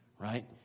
Right